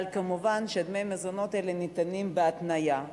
אבל מובן שדמי המזונות האלה ניתנים בהתניה,